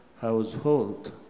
household